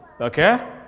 okay